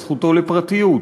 על זכותו לפרטיות,